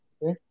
Okay